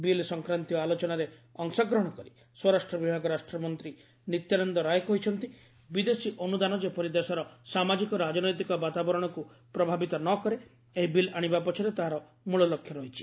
bill ସଂକ୍ରାନ୍ତୀୟ ଆଲୋଚନାରେ ଅଂଶଗ୍ରହଣ କରି ସ୍ୱରାଷ୍ଟ୍ର ବିଭାଗ ରାଷ୍ଟ୍ରମନ୍ତ୍ରୀ ନିତ୍ୟାନନ୍ଦ ରାୟ କହିଛନ୍ତି ବିଦେଶୀ ଅନୁଦାନ ଯେପରି ଦେଶର ସାମାଜିକ ରାଜନୈତିକ ବାତାବରଣକୁ ପ୍ରଭାବିତ ନ କରେ ଏହି ବିଲ୍ ଆଶିବା ପଛରେ ତାହା ମୂଳ ଲକ୍ଷ୍ୟ ରହିଛି